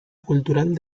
cultural